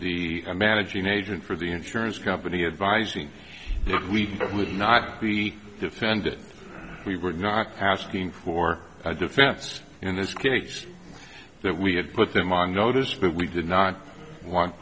the managing agent for the insurance company advising we would not be defended we were not asking for a defense in this case that we had put them on notice but we did not want